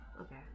Okay